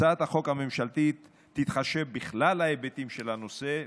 הצעת החוק הממשלתית תתחשב בכלל ההיבטים של הנושא,